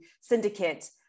syndicate